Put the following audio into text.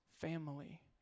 family